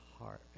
heart